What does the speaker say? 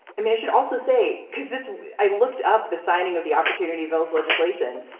i mean, i should also say, because this i looked up the signing of the opportunity, vail's legislation,